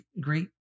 great